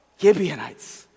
Gibeonites